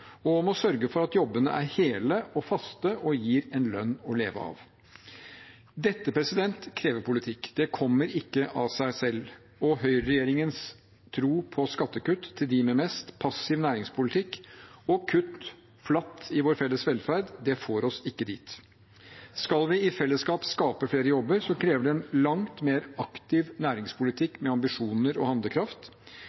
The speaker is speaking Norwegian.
er hele og faste og gir en lønn å leve av. Dette krever politikk. Det kommer ikke av seg selv. Høyreregjeringens tro på skattekutt for dem med mest, passiv næringspolitikk og kutt, flatt, i vår felles velferd får oss ikke dit. Skal vi i fellesskap skape flere jobber, krever det en langt mer aktiv